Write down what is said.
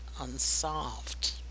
unsolved